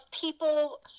people